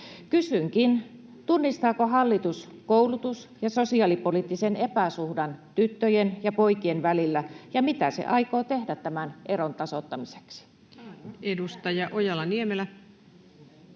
Kysynkin: tunnistaako hallitus koulutus- ja sosiaalipoliittisen epäsuhdan tyttöjen ja poikien välillä, ja mitä se aikoo tehdä tämän eron tasoittamiseksi? Edustaja Ojala-Niemelä.